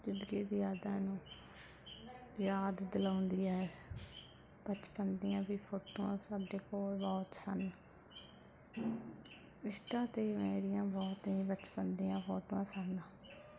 ਜ਼ਿੰਦਗੀ ਦੀ ਯਾਦਾਂ ਨੂੰ ਯਾਦ ਦਿਲਾਉਂਦੀ ਹੈ ਬਚਪਨ ਦੀਆਂ ਵੀ ਫੋਟੋਆਂ ਸਾਡੇ ਕੋਲ ਬਹੁਤ ਸਨ ਇੰਸਟਾ 'ਤੇ ਮੇਰੀਆਂ ਬਹੁਤ ਹੀ ਬਚਪਨ ਦੀਆਂ ਫੋਟੋਆਂ ਸਨ